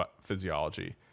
physiology